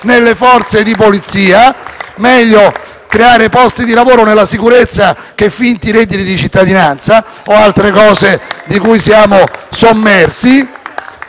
dal Gruppo FI-BP)*: meglio creare posti di lavoro nella sicurezza che finti redditi di cittadinanza o altre cose da cui siamo sommersi